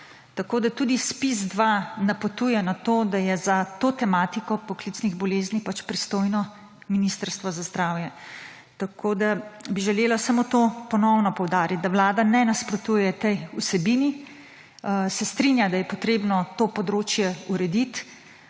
Tako da tudi ZPIZ-2 napotuje na to, da je za tematiko poklicnih bolezni pristojno Ministrstvo za zdravje. Želela bi samo ponovno poudariti to, da Vlada ne nasprotuje tej vsebini, se strinja, da je potrebno to področje urediti,